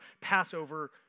Passover